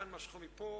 כאן משכו מפה,